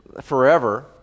forever